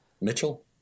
Mitchell